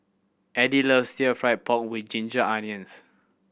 Eddie loves still fry pork with ginger onions